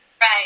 right